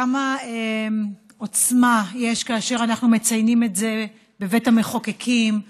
וכמה עוצמה יש כאשר אנחנו מציינים את זה בבית המחוקקים,